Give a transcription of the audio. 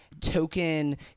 token